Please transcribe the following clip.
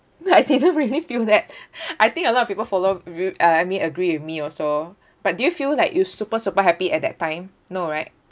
no I didn't really feel that I think a lot of people follow v~ uh I mean agree with me also but do you feel like you super super happy at that time no right